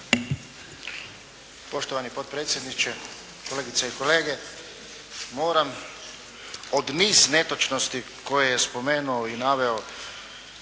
Poštovani potpredsjedniče, kolegice i kolege moram od niz netočnosti koje je spomenuo i naveo